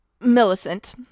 millicent